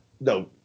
No